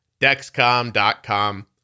Dexcom.com